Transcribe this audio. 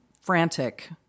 frantic